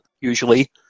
usually